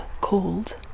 called